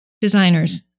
Designers